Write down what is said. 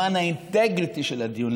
למען האינטגריטי של הדיון,